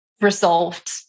resolved